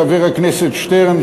חבר הכנסת שטרן,